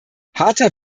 harter